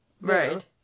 right